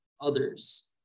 others